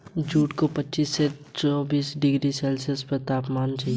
jute को पच्चीस से पैंतीस डिग्री सेल्सियस तापमान चाहिए